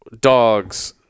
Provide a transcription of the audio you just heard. dogs